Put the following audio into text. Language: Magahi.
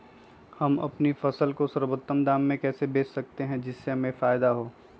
हम अपनी फसल को सर्वोत्तम दाम में कैसे बेच सकते हैं जिससे हमें फायदा हो?